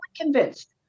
convinced